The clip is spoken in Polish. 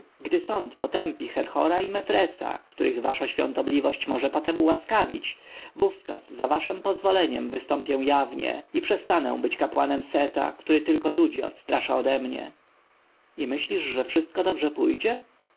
gdy sąd potępi herhora i mefresa których wasza świątobliwość może potem ułaskawić wówczas za waszem pozwoleniem wystąpię jawnie i przestanę być kapłanem seta który tylko ludzi odstrasza ode mnie i myślisz że wszystko dobrze pójdzie